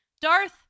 Darth